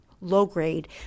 low-grade